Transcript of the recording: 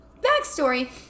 Backstory